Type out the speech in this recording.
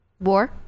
war